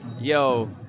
Yo